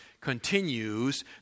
continues